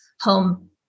home